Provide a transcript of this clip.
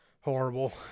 Horrible